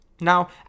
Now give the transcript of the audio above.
Now